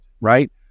Right